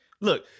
Look